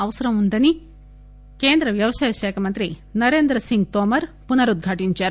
అవసరం వుందని కేంద్ర వ్యవసాయ శాఖ మంత్రి నరేంద్రసింగ్ తోమర్ పునరుద్ఘాటించారు